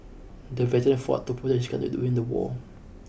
the veteran fought to protect his country during the war